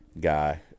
guy